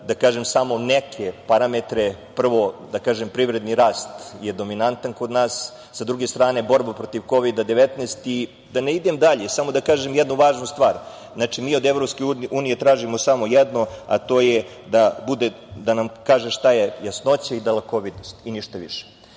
da kažem samo neke parametre – prvo, privredni rast je dominantan kod nas, sa druge strane, borba protiv Kovida 19 i da ne idem dalje. Samo da kažem jednu važnu stvar, mi od EU tražimo samo jedno, a to je da nam kaže šta je jasnoća i dalekovidosti i ništa više. Kada